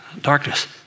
darkness